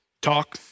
talk